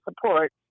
support